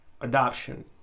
adoption